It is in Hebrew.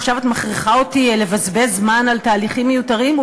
עכשיו את מכריחה אותי לבזבז זמן על תהליכים מיותרים?